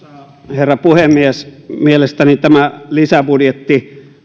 herra puhemies mielestäni tämä lisäbudjetti